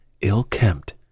ill-kempt